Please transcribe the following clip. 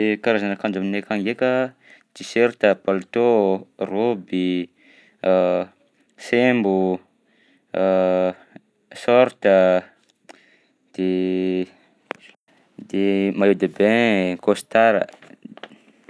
Eh, karazana akanjo aminay akany ndraika: tiserta, paltao, raoby, sembo, sôrta, de de maillot de bain, costard a.